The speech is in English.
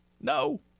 No